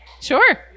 Sure